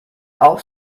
auch